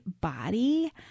body